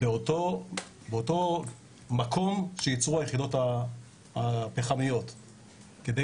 באותו מקום שייצרו היחידות הפחמיות כדי